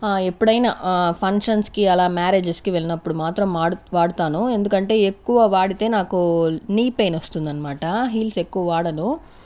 ఆ ఎప్పుడైనా ఫంక్షన్స్కి అలా మ్యారేజెస్కి వెళ్ళినప్పుడు మాత్రం వాడతాను ఎందుకంటే ఎక్కువ వాడితే నాకు నీ పెయిన్ వస్తుంది అన్నమాట హీల్స్ ఎక్కువ వాడను